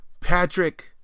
Patrick